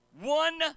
one